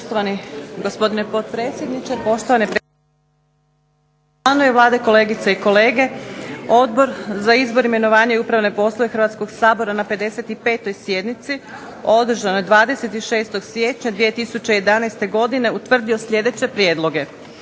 ne razumije se./… Vlade, kolegice i kolege. Odbor za izbor, imenovanje i upravne poslove Hrvatskog sabora na 55. sjednici, održanoj 26. siječnja 2011. godine utvrdio sljedeće prijedloge.